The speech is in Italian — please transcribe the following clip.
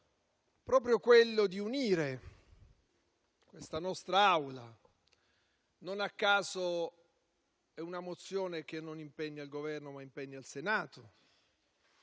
proprio quello di unire questa nostra Assemblea. Non a caso, è una mozione che non impegna il Governo, ma il Senato,